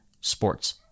sports